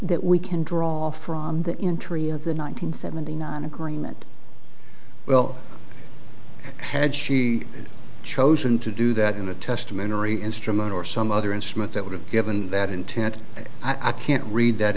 that we can draw from that entry of the nine hundred seventy nine agreement well had she chosen to do that in a testamentary instrument or some other instrument that would have given that intent i can't read that